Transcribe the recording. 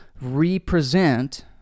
represent